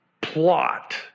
plot